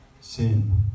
sin